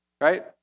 Right